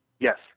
Yes